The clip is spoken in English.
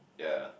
yea